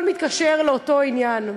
הכול מתקשר לאותו לעניין,